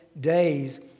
days